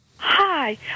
hi